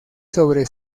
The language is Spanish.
sobre